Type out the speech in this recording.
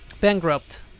bankrupt